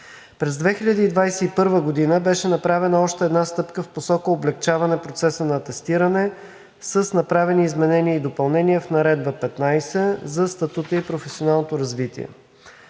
През 2021 г. беше направена още една стъпка в посока облекчаване процеса на атестиране с направени изменения и допълнения в Наредба № 15 за статута и професионалното развитие,